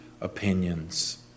opinions